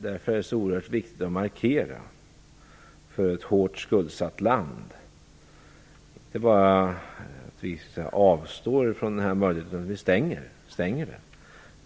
Därför är det oerhört viktigt att markera för ett hårt skuldsatt land att vi stänger den här möjligheten och inte bara avstår från den.